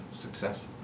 success